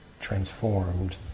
transformed